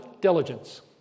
diligence